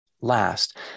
last